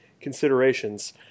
considerations